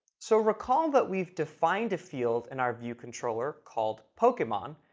so recall that we've defined a field in our view controller called pokemon,